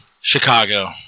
Chicago